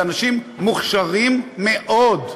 אלה אנשים מוכשרים מאוד.